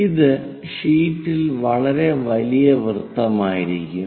ഇത് ഷീറ്റിൽ വളരെ വലിയ വൃത്തമായിരിക്കും